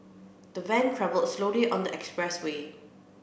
the van travelled slowly on the expressway